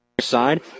side